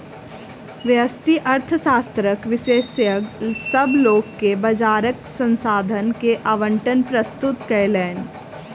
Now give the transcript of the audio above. व्यष्टि अर्थशास्त्रक विशेषज्ञ, सभ लोक के बजारक संसाधन के आवंटन प्रस्तुत कयलैन